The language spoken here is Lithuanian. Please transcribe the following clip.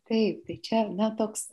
taip tai čia na toks